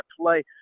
play